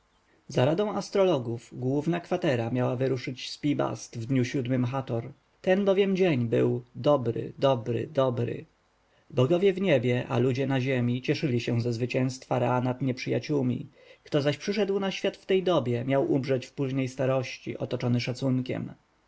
za radą astrologów główna kwatera miała wyruszyć z pi-bast w mi siódmy chat ten bowiem dzień był dobry dobry dobry bogowie w niebie a ludzie na ziemi cieszyli się ze zwycięstwa ra nad nieprzyjaciółmi kto zaś przyszedł na świat w tej dobie miał umrzeć w późnej starości otoczony szacunkiem